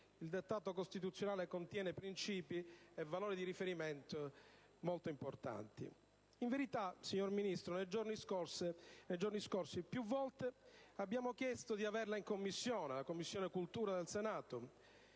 il dettato costituzionale contiene princìpi e valori di riferimento molto importanti. In verità, signor Ministro, nei giorni scorsi più volte abbiamo chiesto di averla in 7a Commissione al Senato,